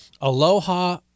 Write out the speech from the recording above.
Aloha